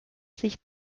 sich